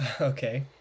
okay